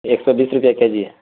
ایک سو بیس روپیے کے جی ہے